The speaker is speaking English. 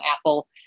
Apple